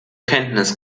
kenntnis